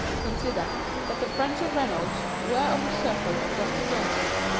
consider that the friends of reynolds were of the circle of doctor johnson.